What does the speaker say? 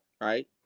right